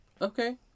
Okay